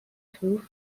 through